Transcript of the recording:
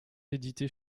édités